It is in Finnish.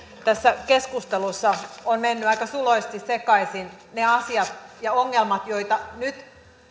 tässä keskustelussa ovat menneet aika suloisesti sekaisin ne asiat ja ongelmat joita nyt